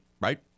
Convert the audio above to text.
right